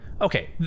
okay